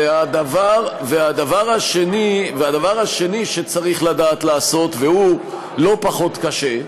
והדבר השני שצריך לדעת לעשות, והוא לא פחות קשה,